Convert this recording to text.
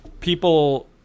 people